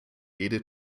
jede